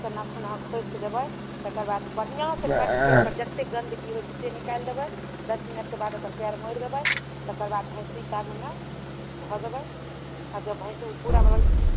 ओकर नाखुन आहाँ खोँटि देबै तकर बाद बढ़िआँ से कण्ठके ओकर जतेक गन्दगी होयत छै से निकालि देबै दश मिनटके बाद ओकर पैर मोड़ि देबै तकर बाद भैंसीके आगूमे धऽ देबै जब भैंसी पूरा